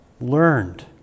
learned